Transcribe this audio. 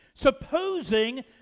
supposing